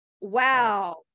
wow